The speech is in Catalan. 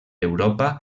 europa